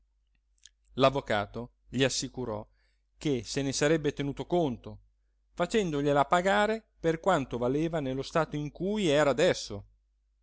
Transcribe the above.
avvocato l'avvocato gli assicurò che se ne sarebbe tenuto conto facendogliela pagare per quanto valeva nello stato in cui era adesso